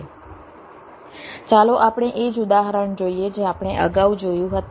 ચાલો આપણે એ જ ઉદાહરણ જોઈએ જે આપણે અગાઉ જોયું હતું